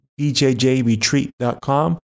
bjjretreat.com